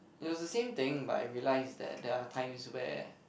it was the same thing but I realise that there are times where